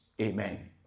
Amen